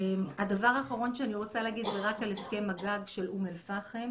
הדבר האחרון שאני רוצה להגיד הוא על הסכם הגג של אום אל-פאחם,